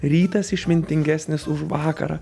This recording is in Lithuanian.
rytas išmintingesnis už vakarą